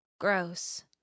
Gross